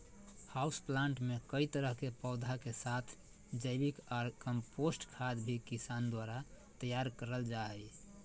house plant मे कई तरह के पौधा के साथ जैविक ऑर कम्पोस्ट खाद भी किसान द्वारा तैयार करल जा हई